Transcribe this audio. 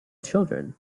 children